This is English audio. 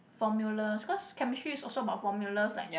formulas cause chemistry is also about formulas like